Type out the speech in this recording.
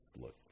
look